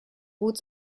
gut